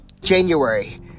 January